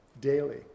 daily